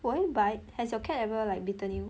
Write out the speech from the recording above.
will it bite has your cat ever like bitten you